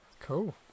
Cool